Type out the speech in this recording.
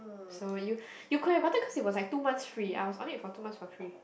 so you you could have gotten cause it was like two months free I was only it for two months for free